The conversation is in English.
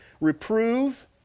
reprove